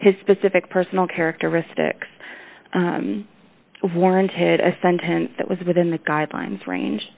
his specific personal characteristics warranted a sentence that was within the guidelines range